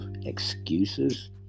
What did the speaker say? excuses